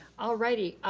alrighty,